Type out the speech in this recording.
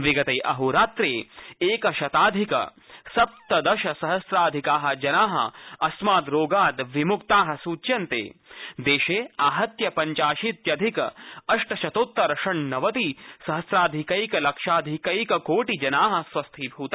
विगते अहोरात्रावधौ एक शताधिक सप्तदश सहम्राधिका जना अस्माद रोगाद विमुक्ता देशे आहत्य पञ्चाशीत्यधिक अष्ट शतोत्तर षण्णवति सहम्राधिककै लक्षाधिकैक कोटि जना स्वस्थभूता